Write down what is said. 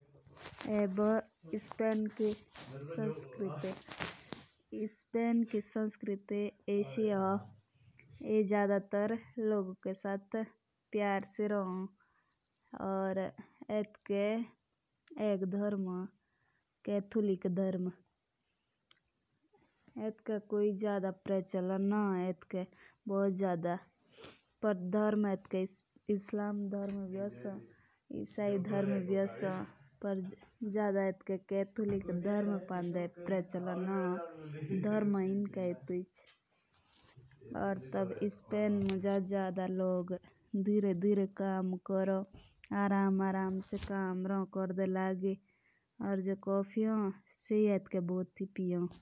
एब होन इसपेन की संस्कृति इसपेन की संस्कृति एएसआइ ऑन। ये जदा तार लोगो के साथ प्यार से रहो। या एतके एक धर्म होन केथुलिक धर्म एतका कोई जादा परचलन होन एतके बहुत जादा. पीआर धर्म एतके इस्लाम धर्म भी ओसोन।